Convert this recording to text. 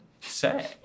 say